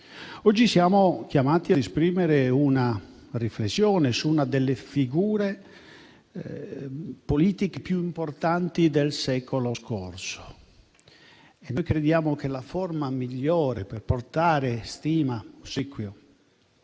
Oggi siamo chiamati ad esprimere una riflessione su una delle figure politiche più importanti del secolo scorso. Noi crediamo che la forma migliore per portare stima e ossequio